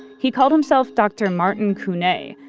he called himself dr. martin couney,